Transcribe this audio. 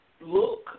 look